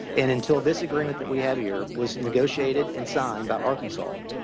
and until this agreement that we had here was negotiated and signed by arkansas,